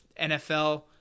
NFL